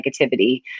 negativity